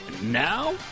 Now